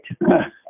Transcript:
right